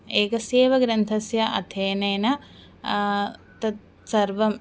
एकस्यैव ग्रन्थस्य अध्ययनेन तत्सर्वं